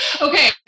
okay